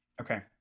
Okay